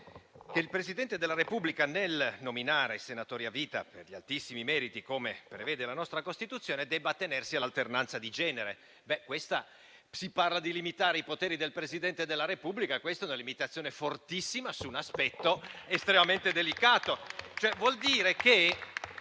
che il Presidente della Repubblica nel nominare senatori a vita per gli altissimi meriti - come recita la nostra Costituzione - debba attenersi all'alternanza di genere. Si parla di limitare i poteri del Presidente della Repubblica e questa è una limitazione fortissima su un aspetto estremamente delicato.